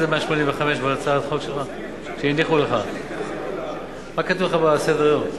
מה כתוב בסדר-היום?